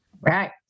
Right